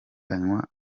anywa